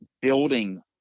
building